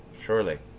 Surely